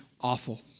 awful